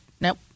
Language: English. Nope